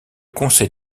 conseil